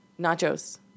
Nachos